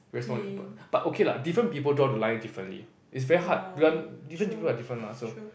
very small temper but okay lah different people draw the line differently is very hard different people are different mah so